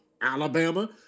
Alabama